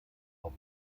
auf